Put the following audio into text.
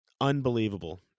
unbelievable